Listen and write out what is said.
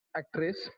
actress